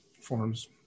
forms